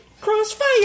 Crossfire